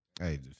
Hey